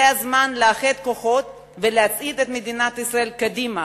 זה הזמן לאחד כוחות ולהצעיד את מדינת ישראל קדימה,